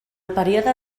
període